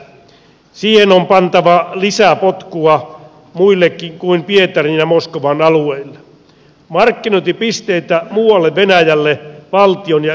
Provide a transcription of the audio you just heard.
siihen on pantava lisää potkua muillekin kuin pietarin ja moskovan alueille markkinointipisteitä muualle venäjälle valtion ja yritysten yhteistoimin